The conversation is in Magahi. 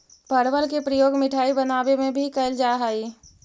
परवल के प्रयोग मिठाई बनावे में भी कैल जा हइ